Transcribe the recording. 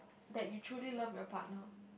that you truly love your partner